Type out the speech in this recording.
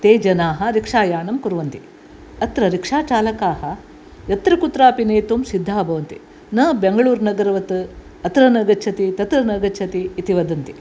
ते जनाः रिक्षायानं कुर्वन्ति अत्र रिक्षाचालकाः यत्र कुत्र अपि नेतुं सिद्धाः भवन्ति न बेङ्गलूरु नगरावत् अत्र न गच्छति तत्र न गच्छति इति वदन्ति